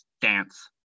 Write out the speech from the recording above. dance